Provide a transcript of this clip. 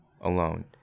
alone